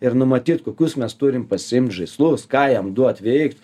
ir numatyt kokius mes turim pasiimt žaislus ką jam duot veikt